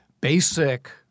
basic